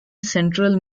central